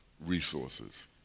resources